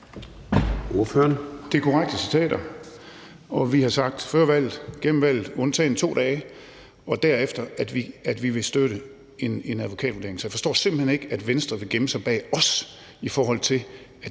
Det er korrekte citater. Og vi har sagt før valget, gennem valgkampen – undtagen 2 dage – og derefter, at vi vil støtte en advokatvurdering. Så jeg forstår simpelt hen ikke, at Venstre vil gemme sig bag os, i forhold til